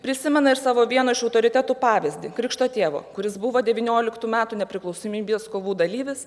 prisimena ir savo vieno iš autoritetų pavyzdį krikšto tėvo kuris buvo devynioliktų metų nepriklausomybės kovų dalyvis